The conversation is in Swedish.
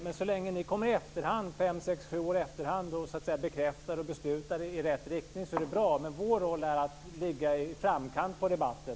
Men så länge ni kommer fem, sex, sju år i efterhand och bekräftar och beslutar i rätt riktning är det bra. Men vår roll är att ligga i framkant på debatten.